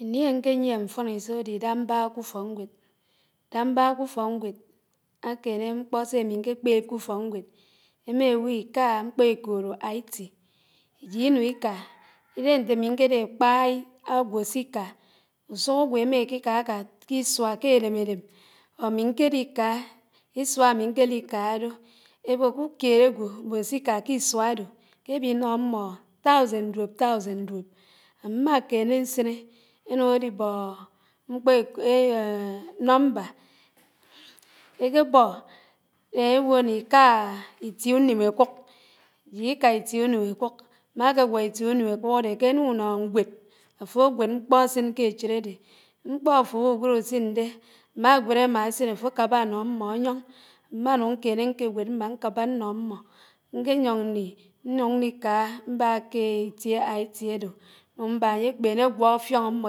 Íní áñké yíéhé mfónísó ádé ídáhú mbáhá k’fókñgwéd. Ídéhá mbáhá k’ùfókñgwéd ákéné mkpó sé ámí ñké kpéb k’ùfòk ñgwéd, émí éwó íká mkpó ékóró l. T. ájíd ínùñ íká, ídéhé ñté ámí ñkédé ákpá ágwò sí íká, ùsùk ágwò émá ékíkáká kísùná ké étém élém, ámi ñkéliká, ísuá ámí ñkélíkáá dó ébó k’ùkéd ágwò mbòn s’íká k’ísùá ádò ké ébi ínó ámmó īáùsín dúòb īóùsín dùòb ámmá kéné ñsíné, énùñó édí bóóóóó nómbá, ékébò ěwò ní íkááá ítíé ùním ǎkùk, jíd íká ítíé ùním ákùk, mákégwé ítíé ùnún ákùk ádé ké énùñò ñgwéd áfó ágwéd mkpó ásùn k’échid ádé. mkpó áfówúgwéd ùsín dé ámágwéd ámá ásin áfó ákábá ánó ámmó áyóñ. Mmánùñ ñkéné ñkégwéd ñkábá ñnó ámmó, ñké yóñ ñli, ñùñ ñni ká mbá ké ítié Iī. ádò ñnùñ mbá áyékpéné ágwó áffíón ámmó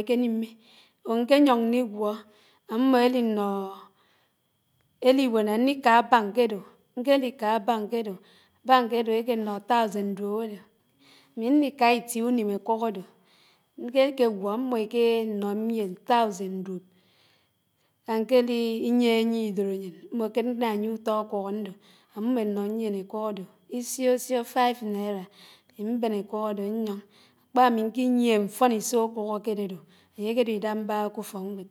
ékénímé. Ñkéyóñ ñígwó ámó élí ínóóó, éùwó ná ñní ká bank ádó, ñkéliká bank ádò, bank ádó éké ñnó īáùsín dùòb ádé, ámí ñni ká ítíé ùnún ákùk ádó ñkékégwó ámmó ékééé énó míén īáùsín dùòb áñkéli yiéyié ídórényín mmó ké ñnáyié ùtò ákúk ándò, ámmó énóyién ákùk ádò ísíósíó five naira, ámí mbén ákùk ádò ñyóñ. Ákpá ámíkí yié mfónísó ákédòdò, ányé kédé ídáhámbáhá k’ùfòkñgwéd.